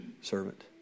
servant